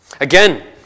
Again